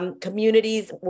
Communities